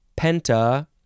penta